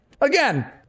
again